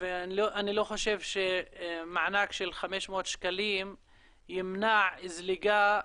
אני לא חושב שמענק של 500 שקלים ימנע זליגה,